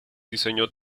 diseñó